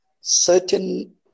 certain